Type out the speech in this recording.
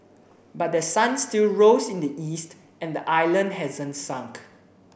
but the sun still rose in the east and the island hasn't sunk